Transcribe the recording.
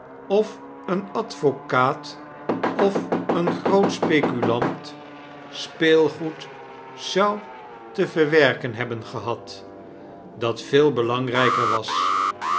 of een advocaat of een groot speculant speelgoed zou te verwerken hebben gehad dat veel belangrijker was